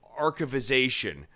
archivization